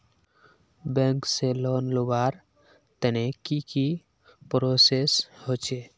Bank से loan लुबार तने की की प्रोसेस होचे?